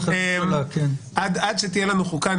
עד שתהיה לנו חוקה,